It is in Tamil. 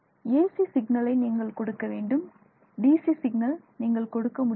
AC சிக்னலை நீங்கள் கொடுக்க வேண்டும் DC சிக்னல் நீங்கள் கொடுக்க முடியாது